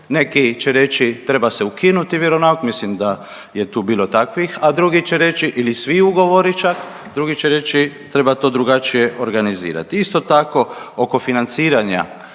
Neki će reći treba se ukinuti vjeronauk mislim da je tu bilo takvih, a drugi će reći ili svi ugovori čak, drugi će reći treba to drugačije organizirati. Isto tako oko financiranja